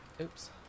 oops